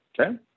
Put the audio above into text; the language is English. Okay